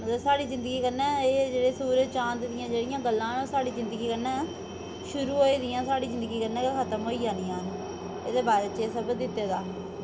मतलब साढ़ी जिंदगी कन्नै एह् जेह्ड़े सूरज चांद दियां जेह्ड़ियां गल्लां न साढ़ी जिंदगी कन्नै शुरू होई दियां साढ़ी जिंदगी कन्नै गै खतम होई जानियां एह्दे बारै च एह् सब दित्ते दा